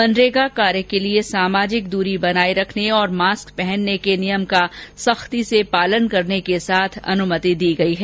मनरेगा कार्य के लिए सामाजिक दूरी बनाये रखने और मास्क पहनने के नियम का सख्ती से पालन करने के साथ अनुमति दी गई है